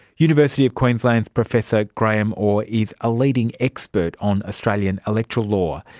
university of queensland's professor graeme orr is a leading expert on australian electoral law.